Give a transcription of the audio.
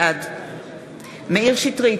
בעד מאיר שטרית,